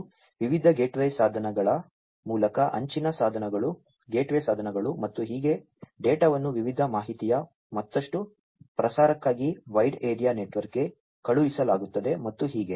ಮತ್ತು ವಿವಿಧ ಗೇಟ್ವೇ ಸಾಧನಗಳ ಮೂಲಕ ಅಂಚಿನ ಸಾಧನಗಳು ಗೇಟ್ವೇ ಸಾಧನಗಳು ಮತ್ತು ಹೀಗೆ ಡೇಟಾವನ್ನು ವಿವಿಧ ಮಾಹಿತಿಯ ಮತ್ತಷ್ಟು ಪ್ರಸಾರಕ್ಕಾಗಿ ವೈಡ್ ಏರಿಯಾ ನೆಟ್ವರ್ಕ್ಗೆ ಕಳುಹಿಸಲಾಗುತ್ತದೆ ಮತ್ತು ಹೀಗೆ